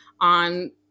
on